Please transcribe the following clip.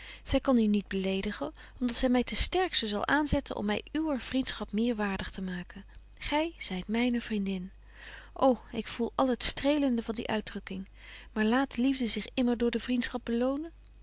zy kan u niet beledigen om dat zy my ten sterksten zal aanzetten om my uwer vriendschap meer waardig te maken gy zyt myne vriendin ô ik voel al het strelende van die uitdrukking maar laat de liefde betje wolff en aagje deken historie van mejuffrouw sara burgerhart zich immer door de vriendschap belonen